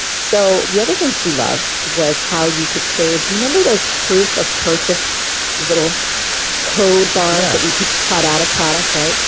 so the other thing she loved was how you could save, do you remember those proof of purchase little code bars that you could cut out of products, right?